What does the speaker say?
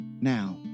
Now